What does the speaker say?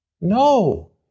No